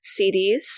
CDs